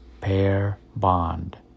pair-bond